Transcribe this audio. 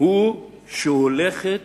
הוא שהולכת